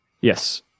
Yes